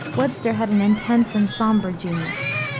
webster had an intense and somber genius.